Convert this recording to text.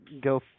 go